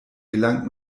gelangt